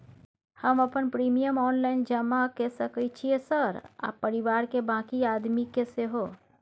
हम अपन premium online जमा के सके छियै सर आ परिवार के बाँकी आदमी के सेहो?